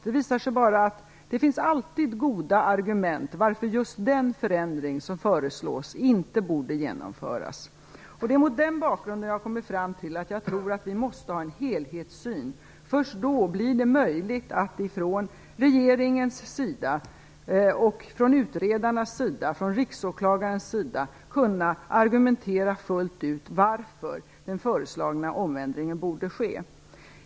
Det har visat sig att det alltid finns goda argument till varför den förändring som föreslås inte borde genomföras. Det är mot den bakgrunden som jag har kommit fram till att vi måste ha en helhetssyn. Först då blir det möjligt att från regeringens sida, från utredarnas sida och från Riksåklagarens sida kunna argumentera fullt ut varför den föreslagna omändringen borde ske.